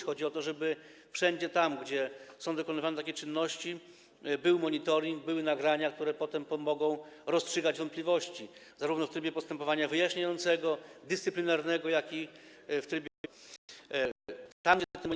Chodzi o to, żeby wszędzie tam, gdzie są dokonywane takie czynności, był monitoring, były nagrania, które potem pomogą rozstrzygać wątpliwości zarówno w trybie postępowania wyjaśniającego, dyscyplinarnego, jak i w trybie postępowania prokuratorskiego czy w sądzie.